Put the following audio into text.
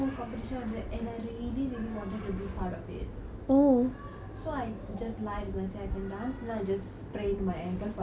so I just lie and say I can dance lah and just sprained my ankle for a second time and the second time my tendon tore